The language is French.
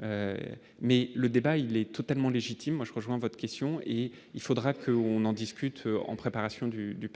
mais le débat il est totalement légitime, moi, je rejoins votre question et il faudra que on en discute en préparation du du